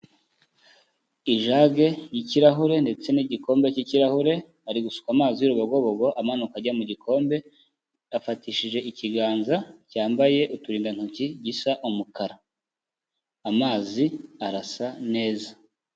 Ijage y'ikirahure ndetse n'igikombe cy'ikirahure, ari gusuka amazi y'urubogobobo amanuka ajya mu gikombe, afatishije ikiganza cyambaye uturindantoki gisa umukara. amazi arasa neza.